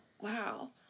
Wow